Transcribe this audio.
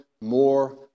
more